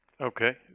Okay